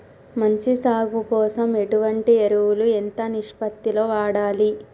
మంచి సాగు కోసం ఎటువంటి ఎరువులు ఎంత నిష్పత్తి లో వాడాలి?